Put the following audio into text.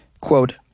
Quote